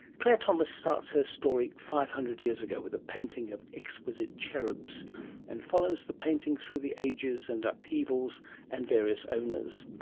claire thomas starts her story five hundred years ago with a painting of exquisite cherubs and follows the painting through the ages and upheavals and various owners.